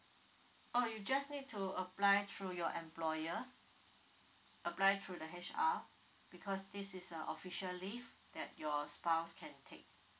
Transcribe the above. oh you just need to apply through your employer apply through the H_R uh because this is a official leave that your spouse can take